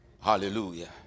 Hallelujah